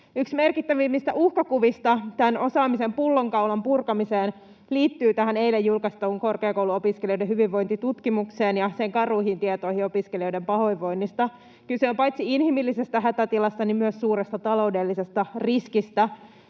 Yksi merkittävimmistä uhkakuvista tämän osaamisen pullonkaulan purkamiseen liittyy tähän eilen julkaistuun korkeakouluopiskelijoiden hyvinvointitutkimukseen ja sen karuihin tietoihin opiskelijoiden pahoinvoinnista. Kyse on paitsi inhimillisestä hätätilasta myös suuresta taloudellisesta riskistä.